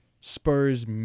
Spurs